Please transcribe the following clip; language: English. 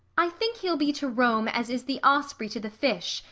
i think he'll be to rome as is the osprey to the fish,